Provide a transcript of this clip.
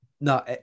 No